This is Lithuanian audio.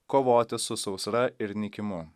kovoti su sausra ir nykimu